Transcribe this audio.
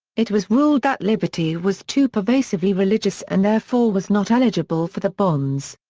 it was ruled that liberty was too pervasively religious and therefore was not eligible for the bonds.